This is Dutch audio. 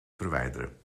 verwijderen